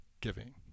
giving